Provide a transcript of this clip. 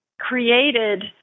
created